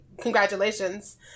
congratulations